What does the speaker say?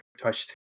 touched